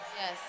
Yes